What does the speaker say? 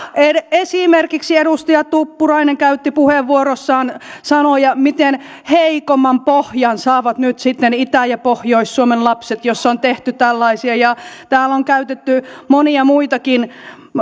esimerkiksi edustaja tuppurainen käytti puheenvuorossaan sanoja miten heikomman pohjan saavat nyt sitten itä ja pohjois suomen lapset jos on tehty tällaisia ja täällä on käytetty monia muitakin